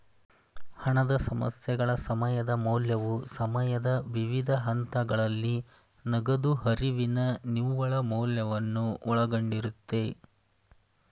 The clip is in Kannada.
ಹಣದ ಸಮಸ್ಯೆಗಳ ಸಮಯದ ಮೌಲ್ಯವು ಸಮಯದ ವಿವಿಧ ಹಂತಗಳಲ್ಲಿ ನಗದು ಹರಿವಿನ ನಿವ್ವಳ ಮೌಲ್ಯವನ್ನು ಒಳಗೊಂಡಿರುತ್ತೆ